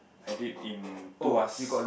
I did in tuas